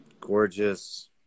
gorgeous